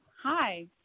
Hi